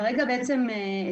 כרגע יש אצלנו,